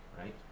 right